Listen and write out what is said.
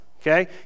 Okay